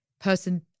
Person